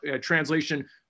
translation